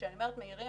כשאני אומרת מהירים,